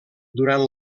durant